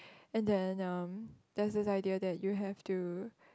and then um there's this idea that you have to